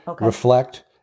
reflect